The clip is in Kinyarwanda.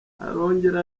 arongera